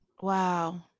Wow